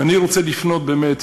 ואני רוצה לפנות באמת